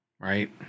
right